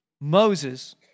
Moses